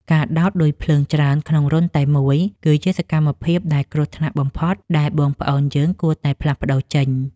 ការដោតឌុយភ្លើងច្រើនក្នុងរន្ធតែមួយ គឺជាសកម្មភាពដែលគ្រោះថ្នាក់បំផុតដែលបងប្អូនយើងគួរតែផ្លាស់ប្តូរចេញ។